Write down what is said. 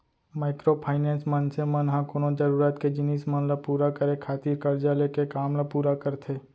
micro finance, मनसे मन ह कोनो जरुरत के जिनिस मन ल पुरा करे खातिर करजा लेके काम ल पुरा करथे